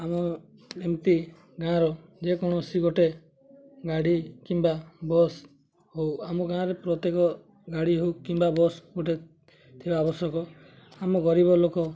ଆମ ଏମିତି ଗାଁର ଯେକୌଣସି ଗୋଟେ ଗାଡ଼ି କିମ୍ବା ବସ୍ ହଉ ଆମ ଗାଁରେ ପ୍ରତ୍ୟେକ ଗାଡ଼ି ହଉ କିମ୍ବା ବସ୍ ଗୋଟେ ଥିବା ଆବଶ୍ୟକ ଆମ ଗରିବ ଲୋକ